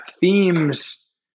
themes